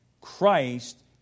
Christ